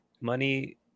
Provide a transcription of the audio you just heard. money